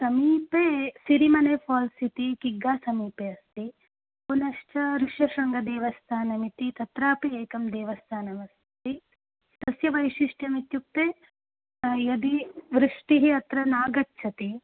समीपे सिरिमने फ़ाल्स् इति किग्ग समीपे अस्ति पुनश्च ऋष्यशृङ्गदेवस्थानमिति तत्रापि एकं देवस्थानमस्ति तस्य वैशिष्ट्यमित्युक्ते यदि वृष्टिः अत्र नागच्छति